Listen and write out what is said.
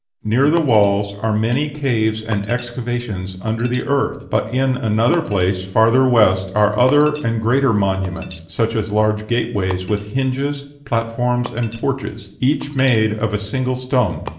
near the walls are many caves and excavations under the earth but in another place, farther west, are other and greater monuments, such as large gate-ways with hinges, platforms, and porches, each made of a single stone.